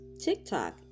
TikTok